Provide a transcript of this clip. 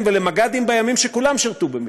ולמג"דים בימים שכולם שירתו במילואים,